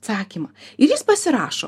atsakymą ir jis pasirašo